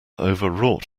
overwrought